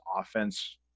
offense